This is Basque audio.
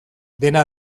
dena